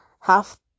half